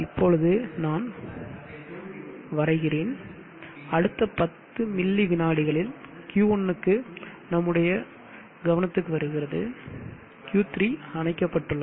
இப்பொழுது அதை நான் வரைகிறேன் அடுத்த 10 மில்லி வினாடிகளில் Q1 நம்முடைய கவனத்திற்கு வருகிறது Q3 அணைக்கப்பட்டுள்ளது